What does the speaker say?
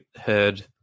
heard